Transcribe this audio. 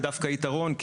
זה דווקא יתרון.